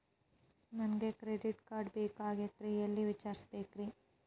ನನಗೆ credit card ಬೇಕಾಗಿತ್ರಿ ಎಲ್ಲಿ ವಿಚಾರಿಸಬೇಕ್ರಿ?